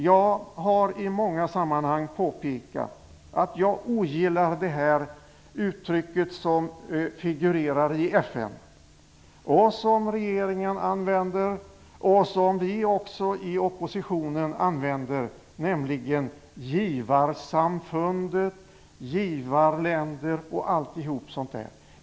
Jag har i många sammanhang påpekat att jag ogillar vissa uttryck som figurerar i FN, vilka regeringen och också vi i oppositionen använder, nämligen ord som givarsamfund, givarländer m.m.